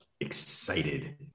excited